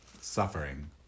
suffering